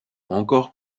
encore